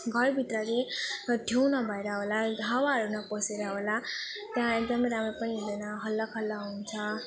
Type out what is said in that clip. घरभित्र ठाउँ नभएर होला हावाहरू नपसेर होला त्यहाँ एकदम राम्रो पनि हुँदैन हल्ला खल्ला हुन्छ